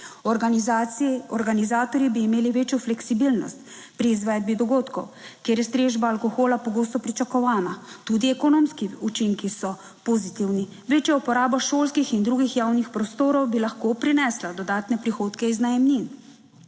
Organizatorji bi imeli večjo fleksibilnost pri izvedbi dogodkov, kjer je strežba alkohola pogosto pričakovana. Tudi ekonomski učinki so pozitivni. Večja uporaba šolskih in drugih javnih prostorov bi lahko prinesla dodatne prihodke iz najemnin.